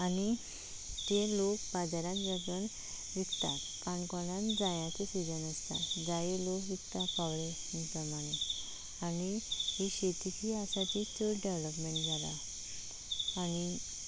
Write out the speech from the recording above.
आनी ते लोक बाजारांत वचून विकतात काणकोणान जायाचो सिजन आसता जायो लोक विकता प्रमाणे आणी ही शेती जी आसा ती चड डॅवलॉपमॅण जालां आनी